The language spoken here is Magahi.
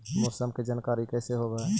मौसमा के जानकारी कैसे होब है?